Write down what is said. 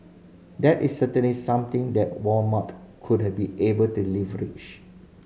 that is certainly something that Walmart would her be able to leverage